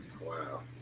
Wow